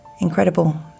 Incredible